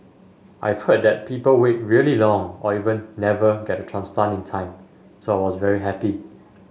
I've heard that people wait really long or even never get a transplant in time so I was very happy